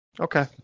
Okay